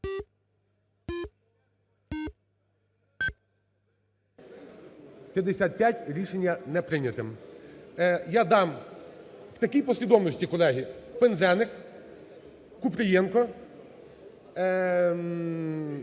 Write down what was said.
За-55 Рішення не прийнято. Я дам в такій послідовності, колеги: Пинзеник, Купрієнко, Каплін,